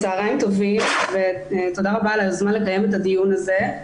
צוהריים טובים ותודה רבה על היוזמה לקיים את הדיון הזה.